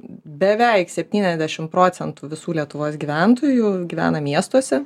beveik septyniasdešimt procentų visų lietuvos gyventojų gyvena miestuose